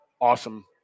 awesome –